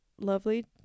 lovely